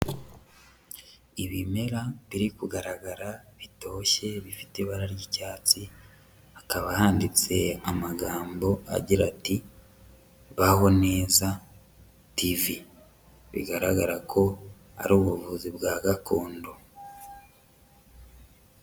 Ibimera biri kugaragara bitoshye bifite ibara ry'icyatsi, hakaba handitse amagambo agira ati" baho neza tv" bigaragara ko ari ubuvuzi bwa gakondo.